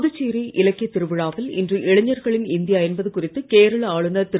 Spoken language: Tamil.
புதுச்சேரி இலக்கிய திருவிழாவில் இன்று இளைஞர்களின் இந்தியா என்பது குறித்து கேரள ஆளுநர் திரு